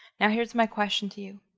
now, here's my question to you.